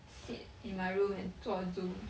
sit in my room and 做 Zoom